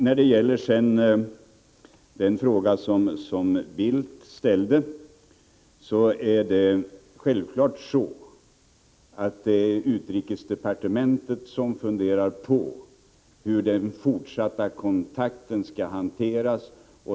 När det gäller den fråga som Carl Bildt ställt vill jag framhålla att det självklart är på utrikesdepartementet som man funderar på hur den fortsatta kontakten skall hanteras.